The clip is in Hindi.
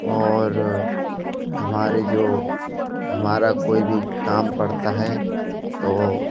और हमारे जो हमारा कोई भी काम पड़ता है तो